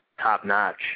top-notch